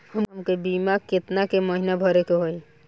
हमके बीमा केतना के महीना भरे के होई?